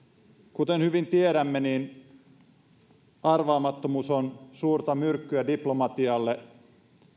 kuten hyvin tiedämme arvaamattomuus on suurta myrkkyä diplomatialle